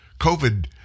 COVID